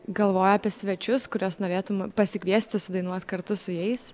galvojo apie svečius kuriuos norėtum pasikviesti sudainuot kartu su jais